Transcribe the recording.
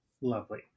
lovely